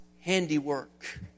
handiwork